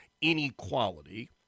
Inequality